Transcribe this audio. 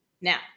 Now